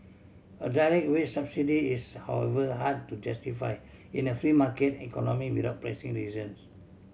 a direct wage subsidy is however hard to justify in a free market economy without pressing reasons